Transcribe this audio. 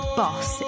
boss